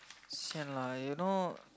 sia lah you know